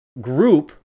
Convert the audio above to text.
group